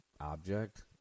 object